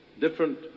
Different